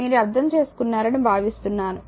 మీరు అర్ధం చేసుకున్నారని భావిస్తున్నాను